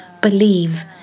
believe